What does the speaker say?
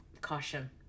caution